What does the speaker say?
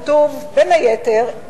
כתוב בין היתר,